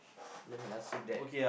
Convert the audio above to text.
let me ask you that